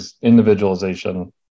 individualization